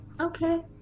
okay